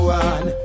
one